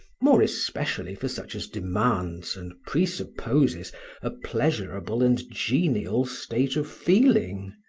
more especially for such as demands and presupposes a pleasurable and genial state of feeling